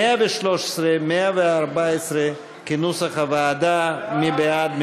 סעיפים 113 ו-114, כנוסח הוועדה, מי בעד?